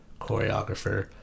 choreographer